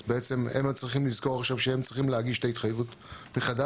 אז בעצם הם צריכים לזכור עכשיו שהם צריכים להגיש את ההתחייבות מחדש?